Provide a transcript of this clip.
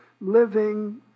living